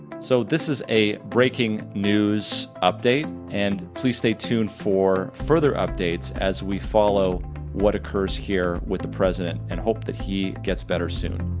so this is a breaking news update, and please stay tuned for further updates as we follow what occurs here with the president, and hope that he gets better soon.